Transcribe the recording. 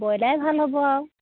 ব্ৰইলাৰেই ভাল হ'ব আৰু